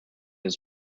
his